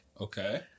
Okay